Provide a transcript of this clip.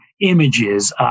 images